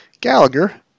Gallagher